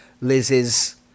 Liz's